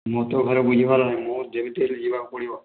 ମୋର ତ ଘରେ ବୁଝିବାର ନାଇଁ ମୋର ଯେମତିହେଲେ ଯିବାକୁ ପଡ଼ିବ